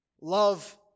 love